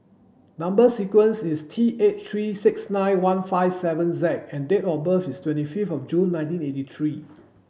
number sequence is T eight three six nine one five seven Z and date of birth is twenty fifth of June nineteen eighty three